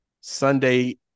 Sunday